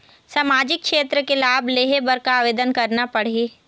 सामाजिक क्षेत्र के लाभ लेहे बर का आवेदन करना पड़ही?